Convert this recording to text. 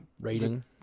rating